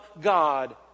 God